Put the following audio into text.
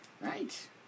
Right